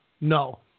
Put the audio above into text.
No